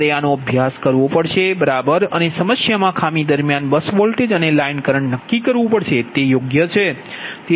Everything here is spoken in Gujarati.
તમારે આનો અભ્યાસ કરવો પડશે બરાબર અને સમસ્યામાં ખામી દરમિયાન બસ વોલ્ટેજ અને લાઇન કરંટ નક્કી કરવું તે યોગ્ય છે